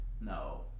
No